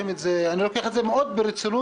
אני לוקח את זה מאוד ברצינות.